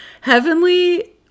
Heavenly